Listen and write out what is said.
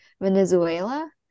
Venezuela